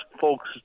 folks